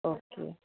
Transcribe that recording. okay